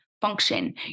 Function